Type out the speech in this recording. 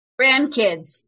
grandkids